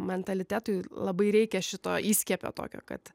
mentalitetui labai reikia šito įskiepio tokio kad